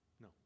No